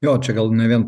jo čia gal ne vien